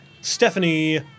Stephanie